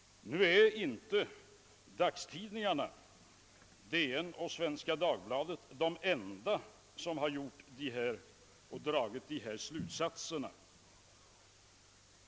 Nu är inte dagstidningarna, Dagens Nyheter och Svenska Dagbladet, de enda som har dragit dessa slutsatser.